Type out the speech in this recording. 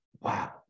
Wow